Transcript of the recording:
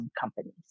companies